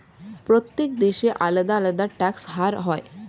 প্রত্যেক দেশে আলাদা আলাদা ট্যাক্স হার হয়